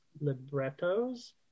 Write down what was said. librettos